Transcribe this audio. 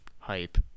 Hype